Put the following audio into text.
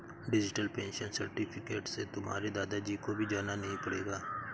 digital pension certificate से तुम्हारे दादा जी को भी जाना नहीं पड़ेगा